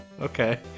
okay